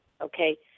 okay